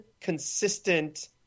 consistent